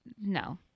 no